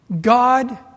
God